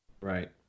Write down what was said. Right